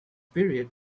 period